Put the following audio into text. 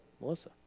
Melissa